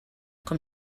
com